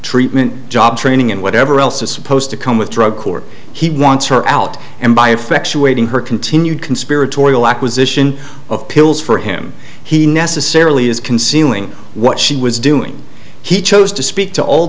treatment job training and whatever else is supposed to come with drug court he wants her out and by effectuating her continued conspiratorial acquisition of pills for him he necessarily is concealing what she was doing he chose to speak to all